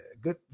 Good